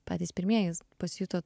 patys pirmieji pasijuto